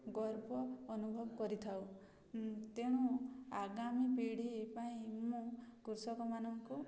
ଗର୍ବ ଅନୁଭବ କରିଥାଉ ତେଣୁ ଆଗାମୀ ପିଢ଼ି ପାଇଁ ମୁଁ କୃଷକମାନଙ୍କୁ